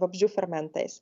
vabzdžių fermentais